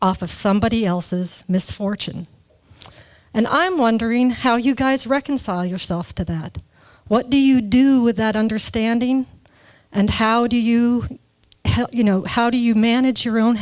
off of somebody else's misfortune and i'm wondering how you guys reconcile yourself to that what do you do with that understanding and how do you you know how do you manage your own